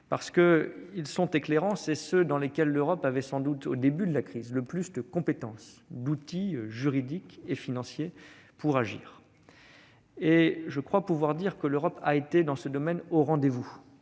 parce qu'ils sont éclairants. C'est dans ces domaines que l'Europe avait sans doute, au début de la crise, le plus de compétences et d'outils juridiques et financiers pour agir, et je crois pouvoir dire que, sur ce plan, elle a été au rendez-vous.